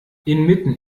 inmitten